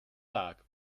tag